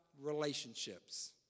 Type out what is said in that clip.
relationships